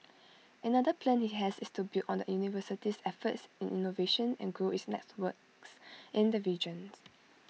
another plan he has is to build on the university's efforts in innovation and grow its networks in the region